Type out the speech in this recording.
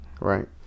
right